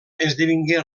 esdevingué